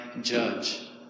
judge